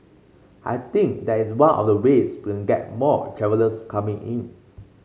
I think that is one of the ways we can get more travellers coming in